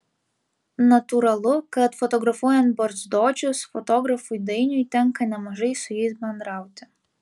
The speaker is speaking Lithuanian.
natūralu kad fotografuojant barzdočius fotografui dainiui tenka nemažai su jais bendrauti